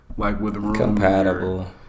Compatible